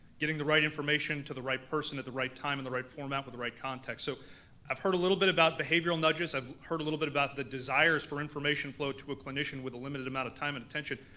getting the right information to the right person at the right time in the right format with the right context. so i've heard a little bit about behavioral nudges, i've heard a little bit about the desires for information flow to a clinician with a limited amount of time and attention.